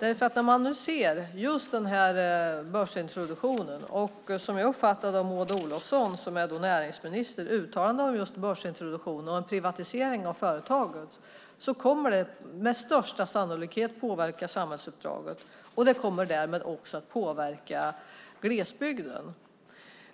Med tanke på näringsminister Maud Olofssons uttalande om börsintroduktionen och en privatisering av företaget kommer detta med största sannolikhet att påverka samhällsuppdraget. Det kommer därmed också att påverka glesbygden.